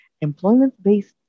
Employment-based